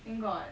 then got